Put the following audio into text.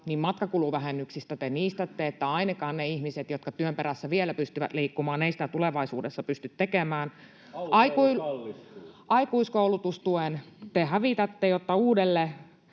niin matkakuluvähennyksistä te niistätte, että ainakaan ne ihmiset, jotka työn perässä vielä pystyvät liikkumaan, eivät sitä tulevaisuudessa pysty tekemään. [Timo Harakka: Autoilu kallistuu!] Aikuiskoulutustuen te hävitätte, jotta uudelle